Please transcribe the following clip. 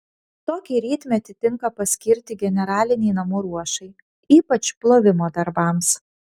tokį rytmetį tinka paskirti generalinei namų ruošai ypač plovimo darbams